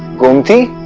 gomti!